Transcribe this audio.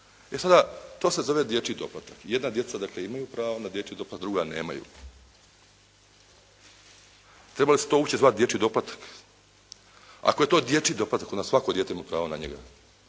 E sada, to se zove dječji doplatak. Jedna djeca dakle imaju pravo na dječji doplatak druga nemaju. Treba li se to uopće zvati dječji doplatak? Ako je to dječji doplatak onda svako dijete ima pravo na njega.